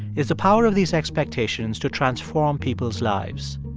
is the power of these expectations to transform people's lives.